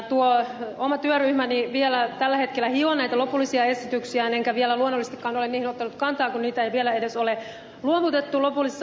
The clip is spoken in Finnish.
tuo oma työryhmäni vielä tällä hetkellä hioo näitä lopullisia esityksiään enkä vielä luonnollisestikaan niihin ole ottanut kantaa kun niitä ei vielä edes ole luovutettu lopullisessa muodossaan